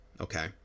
okay